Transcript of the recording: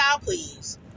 please